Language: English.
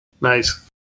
Nice